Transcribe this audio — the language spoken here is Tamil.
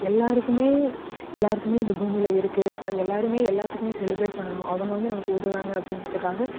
எல்லாருக்கும் எல்லாருக்கும் இது பூமியில் இருக்கும் எல்லாரும் எல்லாத்துக்கும் செலிப்ரேட் பண்ணணும் அவங்க வந்து நமக்கு உதவுகிறாங்க அப்படிங்குறத்துக்காக